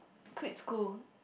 quit school